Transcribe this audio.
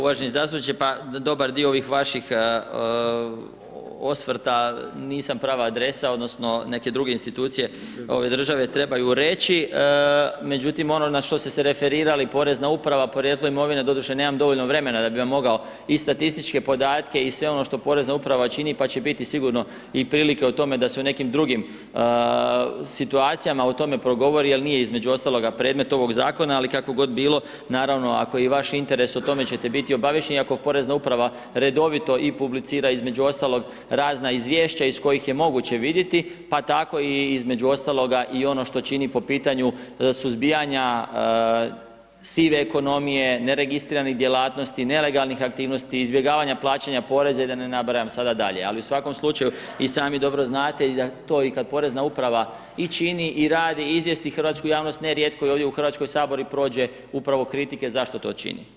Uvaženi zastupniče, pa dobar dio ovih vaših osvrta nisam prava adresa odnosno neke druge institucije ove države trebaju reći međutim ono na što ste se referirali, Porezna uprava, porijeklo imovine, doduše nemam dovoljno vremena da bi vam mogao i statističke podatke i sve ono što Porezna uprava čini pa će biti sigurno i prilike o tome da se o nekim drugim situacijama o tome progovori jer nije između ostalog predmet ovog zakona ali kako god bilo, naravno, ako je vaš interes, o tome ćete biti obaviješteni iako Porezna uprava redovito i publicira između ostalog razna izvješća iz kojih je moguće vidjeti pa tako i između ostalog i ono što čini po pitanju suzbijanja sive ekonomije, neregistriranih djelatnosti, nelegalnih aktivnosti, izbjegavanja plaćanja poreza i da ne nabrajam sada dalje, ali u svakom slučaju, i sami dobro znate i da to i kad Porezna uprava i čini i radi i izvijesti Hrvatsku javnost, nerijetko i ovdje u Hrvatskom saboru i prođe upravo kritike zašto to čini.